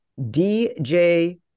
DJ